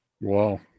Wow